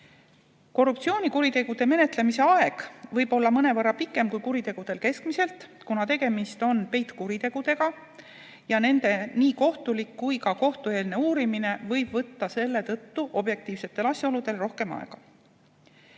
Korruptsioonikuritegude menetlemise aeg võib olla mõnevõrra pikem, kui on kuritegudel keskmiselt, kuna tegemist on peitkuritegudega ja nende nii kohtulik kui ka kohtueelne uurimine võib selle tõttu võtta objektiivsetel asjaoludel rohkem aega.